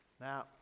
Now